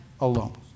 alone